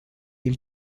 din